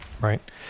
Right